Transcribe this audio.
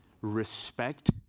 respect